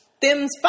Them's